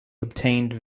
obtained